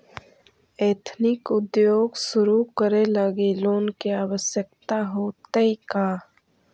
Ethnic उद्योग शुरू करे लगी लोन के आवश्यकता होतइ का?